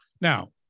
Now